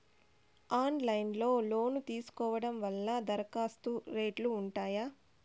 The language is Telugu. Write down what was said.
ఆన్లైన్ లో లోను తీసుకోవడం వల్ల దరఖాస్తు రేట్లు ఉంటాయా?